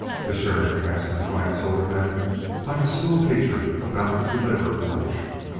the sheriff cast his glance over them like a schoolteacher about to deliver a lecture.